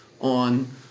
on